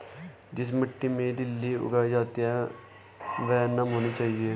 जिस मिट्टी में लिली उगाई जाती है वह नम होनी चाहिए